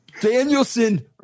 Danielson